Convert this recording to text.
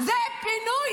תתביישו